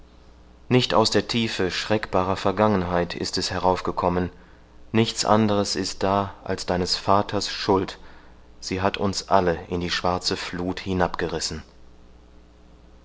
nicht aus der tiefe schreckbarer vergangenheit ist es heraufgekommen nichts anderes ist da als deines vaters schuld sie hat uns alle in die schwarze fluth